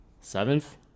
seventh